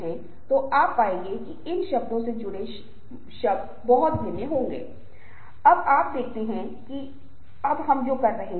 इसलिए हमारे पूरे सामाजिक लेन देन के दौरान हम झूठ छोटे झूठ बड़े झूठ कहते रहते हैं